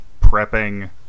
prepping